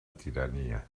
tirania